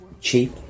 cheap